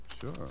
Sure